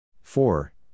Four